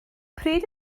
pryd